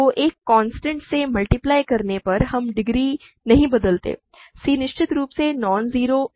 तो एक कांस्टेंट से मल्टीप्लाई करने पर हम डिग्री नहीं बदलते c निश्चित रूप से नॉन ज़ीरो है